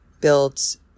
builds